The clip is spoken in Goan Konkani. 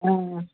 आं